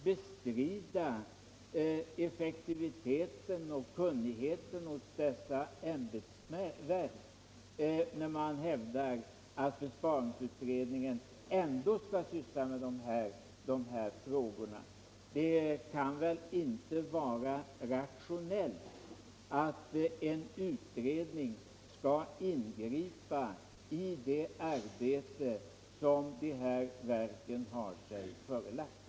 Bestrider man effektiviteten och kunnigheten hos dessa ämbetsverk, eftersom man hävdar att besparingsutredningen ändå skall ta upp dessa frågor? Det kan väl inte vara rationellt att en utredning ingriper i det arbete som dessa verk har sig förelagt.